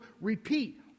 repeat